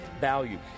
value